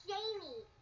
Jamie